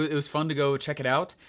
it was fun to go check it out.